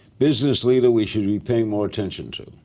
business leader we should be paying more attention to?